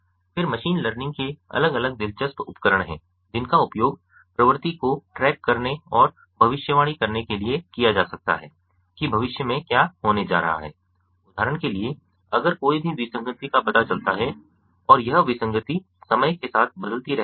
फिर machine learning के अलग अलग दिलचस्प उपकरण हैं जिनका उपयोग प्रवृत्ति को ट्रैक करने और भविष्यवाणी करने के लिए किया जा सकता है कि भविष्य में क्या होने जा रहा है उदाहरण के लिए अगर कोई भी विसंगति का पता चलता है और यह विसंगति समय के साथ बदलती रहती है